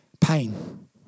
Pain